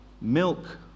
milk